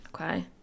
Okay